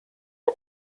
are